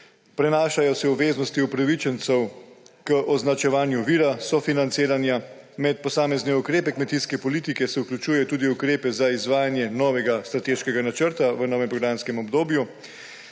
Prenašajo se obveznosti upravičencev k označevanju vira sofinanciranja. Med posamezne ukrepe kmetijske politike se vključuje tudi ukrepe za izvajanje novega strateškega načrta v novem programskem obdobju.